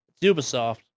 Ubisoft